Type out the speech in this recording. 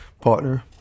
partner